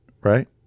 right